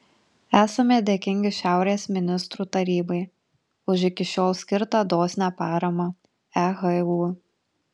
esame dėkingi šiaurės ministrų tarybai už iki šiol skirtą dosnią paramą ehu